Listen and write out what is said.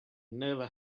never